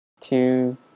two